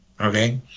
okay